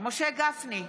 משה גפני,